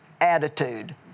attitude